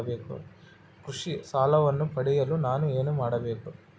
ಕೃಷಿ ಸಾಲವನ್ನು ಪಡೆಯಲು ನಾನು ಏನು ಮಾಡಬೇಕು?